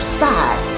side